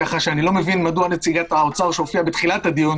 ככה שאני לא מבין מדוע נציגת האוצר שהופיעה בתחילת הדיון